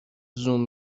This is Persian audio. زوم